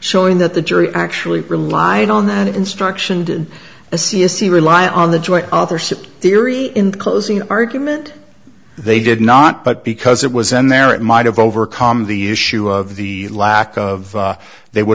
showing that the jury actually relied on that instruction did a c s e rely on the joy authorship theory in closing argument they did not but because it was in there it might have overcome the issue of the lack of they would